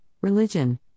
religion